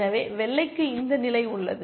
எனவே வெள்ளைக்கு இந்த நிலை உள்ளது